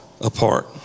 apart